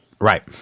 Right